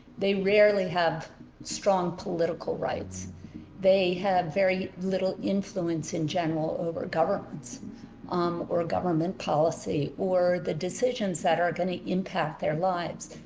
they rarely have strong political, rights they have very little influence in general over governments um or government policy or the decisions that are going to impact their lives,